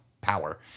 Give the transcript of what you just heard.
power